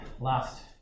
last